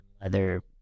leather